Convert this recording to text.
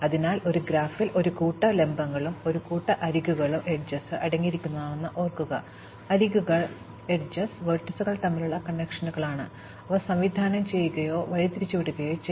അതിനാൽ ഒരു ഗ്രാഫിൽ ഒരു കൂട്ടം ലംബങ്ങളും ഒരു കൂട്ടം അരികുകളും അടങ്ങിയിരിക്കുന്നുവെന്ന് ഓർക്കുക അരികുകൾ വെർട്ടീസുകൾ തമ്മിലുള്ള കണക്ഷനുകളാണ് അവ സംവിധാനം ചെയ്യുകയോ വഴിതിരിച്ചുവിടുകയോ ചെയ്യാം